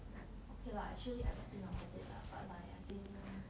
okay lah actually I got think about it lah but like I think